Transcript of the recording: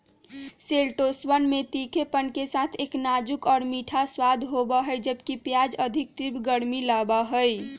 शैलोट्सवन में तीखेपन के साथ एक नाजुक और मीठा स्वाद होबा हई, जबकि प्याज अधिक तीव्र गर्मी लाबा हई